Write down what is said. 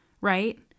right